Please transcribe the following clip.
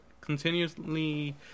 continuously